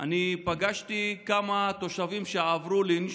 פגשתי כמה תושבים שעברו לינץ',